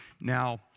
Now